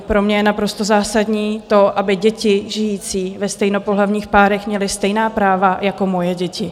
Pro mě je naprosto zásadní to, aby děti žijící ve stejnopohlavních párech měly stejná práva jako moje děti.